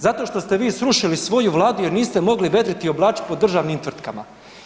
Zato što ste vi strušili svoju vladu jer niste mogli vedriti i oblačiti po državnim tvrtkama.